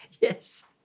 Yes